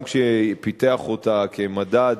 גם כשפיתח אותה כמדד,